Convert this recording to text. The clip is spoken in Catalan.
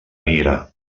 lira